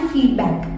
Feedback